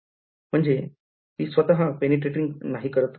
विधार्थी म्हणजे ती स्वतः penetrating नाही करत का